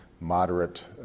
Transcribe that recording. moderate